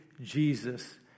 Jesus